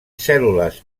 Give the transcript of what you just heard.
cèl·lules